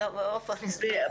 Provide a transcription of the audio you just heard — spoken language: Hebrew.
עופר, אני אסביר לך.